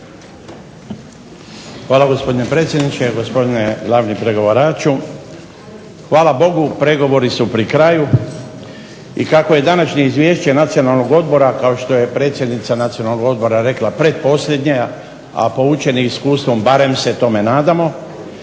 Hvala gospodine predsjedniče, gospodine glavni pregovaraču. Hvala Bogu pregovori su pri kraju i kako je današnje Izvješće Nacionalnog odbora kao što je predsjednica Nacionalnog odbora rekla pretposljednje, a poučeni iskustvom barem se tome nadamo,